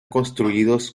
construidos